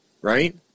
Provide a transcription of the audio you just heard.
right